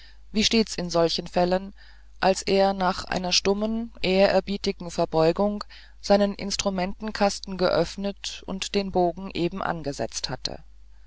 wie stets in solchen fällen als er nach einer stummen ehrerbietigen verbeugung seinen instrumentenkasten geöffnet und den bogen eben angesetzt hatte